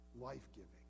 life-giving